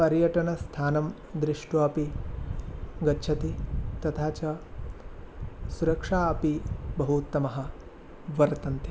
पर्यटनस्थानं दृष्ट्वापि गच्छति तथा च सुरक्षा अपि बहु उत्तमा वर्तन्ते